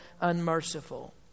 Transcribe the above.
unmerciful